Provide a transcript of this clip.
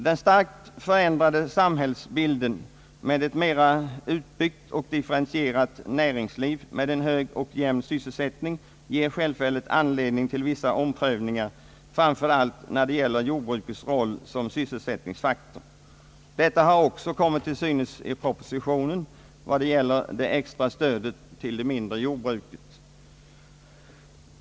Den starkt förändrade samhällsbilden med ett mera utbyggt och differentierat näringsliv, med en hög och jämn sysselsättning, ger självfallet anledning till vissa omprövningar, framför allt när det gäller jordbrukets roll som sysselsättningsfaktor. Detta har också kommit till synes i propositionen då det gäller det extra stödet till det mindre jordbruket.